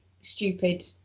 stupid